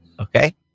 Okay